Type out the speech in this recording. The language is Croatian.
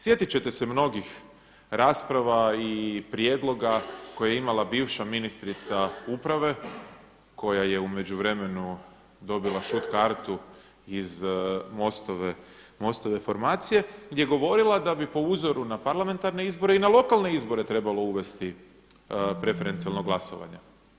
Sjetit ćete se mnogih rasprava i prijedloga koje je imala bivša ministrica uprave, koja je u međuvremenu dobila šut-kartu iz MOST-ove formacije gdje je govorila da bi po uzoru na parlamentarne izbore i na lokalne izbore trebalo uvesti preferencijalno glasovanje.